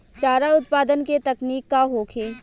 चारा उत्पादन के तकनीक का होखे?